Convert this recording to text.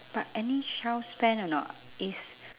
but any shelf span or not it's